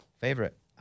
favorite